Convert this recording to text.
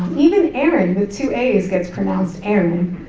even aaron with two as gets pronounced aaron.